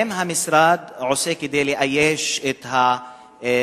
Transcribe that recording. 1. האם המשרד עושה כדי לאייש את המקצוע